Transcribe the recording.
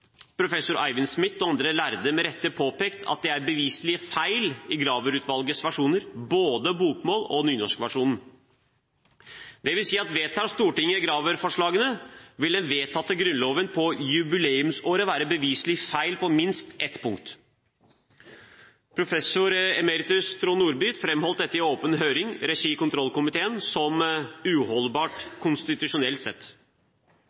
professor Vinje, professor Eivind Smith og andre lærde med rette påpekt at det er beviselig feil i Graver-utvalgets versjoner, både bokmåls- og nynorskversjonen. Det vil si at dersom Stortinget vedtar Graver-forslagene, vil den vedtatte Grunnloven i jubileumsåret være beviselig feil på minst ett punkt. Professor emeritus Trond Nordby framholdt dette i åpen høring i regi av kontrollkomiteen som konstitusjonelt sett